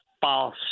false